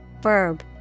verb